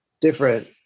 different